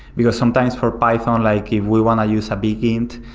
because sometimes for python, like if we want to use a big int,